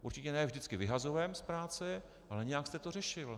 Určitě ne vždycky vyhazovem z práce, ale nějak jste to řešil.